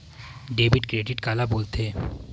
Debit credit काला बोल थे?